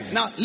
Now